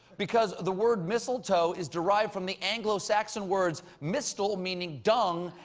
because the word mistletoe is derived from the anglo-saxon words mistel, meaning dung,